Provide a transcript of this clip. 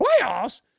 Playoffs